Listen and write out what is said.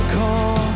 call